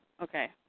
Okay